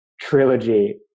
trilogy